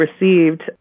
received